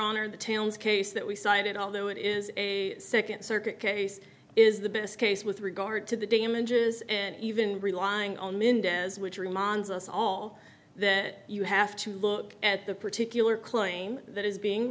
honor the town's case that we cited although it is a nd circuit case is the best case with regard to the damages and even relying on mendez which reminds us all that you have to look at the particular claim that is being